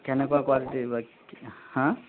কেনেকুৱা কোৱালিটিৰ বা কি হাঁ